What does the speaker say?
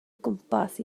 gwmpas